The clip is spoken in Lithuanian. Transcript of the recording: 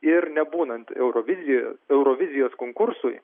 ir nebūnant eurovizijai eurovizijos konkursui